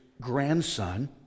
grandson